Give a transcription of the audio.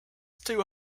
too